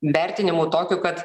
vertinimu tokiu kad